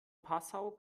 passau